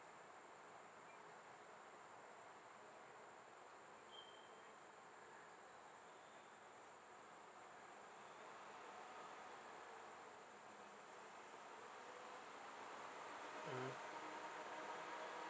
mmhmm